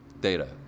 data